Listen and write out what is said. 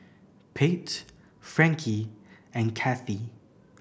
Pate Frankie and Kathy